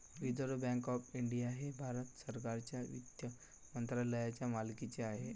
reserve Bank of India हे भारत सरकारच्या वित्त मंत्रालयाच्या मालकीचे आहे